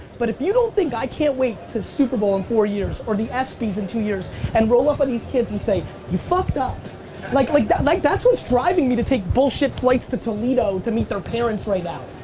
but if you don't think i can't wait to super bowl in four years or the espys in two years, and roll up on these kids and say you fucked like like like that's what's driving me to take bullshit flights to toledo to meet their parents right now.